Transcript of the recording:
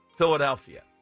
Philadelphia